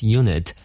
unit